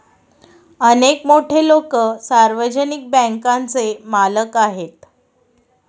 अनेक मोठे लोकं सार्वजनिक बँकांचे मालक आहेत